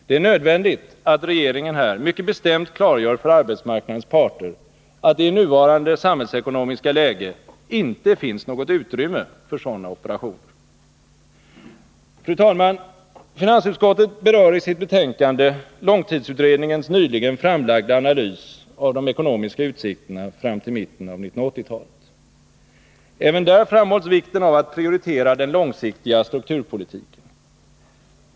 Det är nödvändigt att regeringen här mycket bestämt klargör för arbetsmarknadens parter att det i nuvarande samhällsekonomiska läge inte finns något utrymme för sådana operationer. Fru talman! Finansutskottet berör i sitt betänkande långtidsutredningens nyligen framlagda analys av de ekonomiska utsikterna fram till mitten av 1980-talet. Även där framhålls vikten av att prioritera den långsiktiga strukturpolitiken.